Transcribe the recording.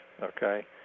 Okay